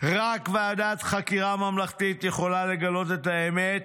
רק ועדת חקירה ממלכתית יכולה לגלות את האמת,